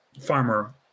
farmer